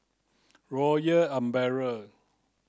Royal Umbrella